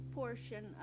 portion